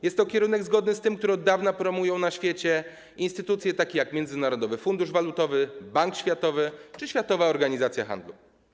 Jest to kierunek zgodny z tym, który od dawna promują na świecie instytucje takie jak Międzynarodowy Funduszu Walutowy, Bank Światowy czy Światowa Organizacja Handlu.